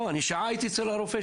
או שמהשיטור שלחו איזה מישהו שהגיע?